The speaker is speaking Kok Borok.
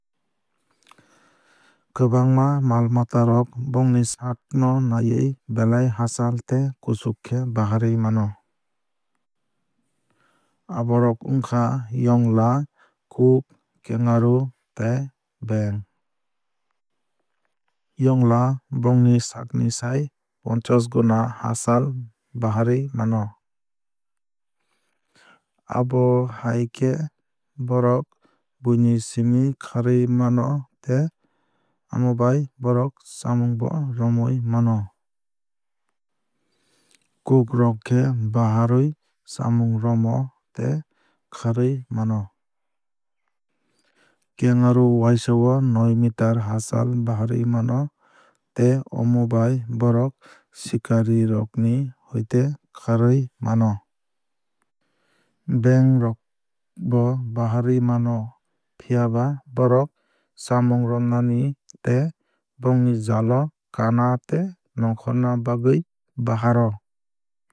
Kwbangma mal mata rok bongni saak no nawui belai hachal tei kuchuk khe baharwui mano. Aborok wngkha yongla kuk kangaroo tei beng. Yongla bongni saak ni sai ponchash guna hachal baharwui mano. Abo hai khe bohrok buni simi kharwui mano tei amobai bohrok chamung bo romwui mano. Kuk rok khe baharwui chamung romo tei kharwui mano. Kangaroo waisa o noi meter hachal baharwui mano tei omo bai bohrok sikari rokni hoite kharwui mano. Beng rok bo baharwui mano phiaba bohrok chamung romnani tei bongni jaal o kana tei nongkhor bagwui bahar o.